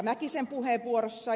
mäkisen puheenvuorossa